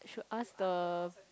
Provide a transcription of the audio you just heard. should ask the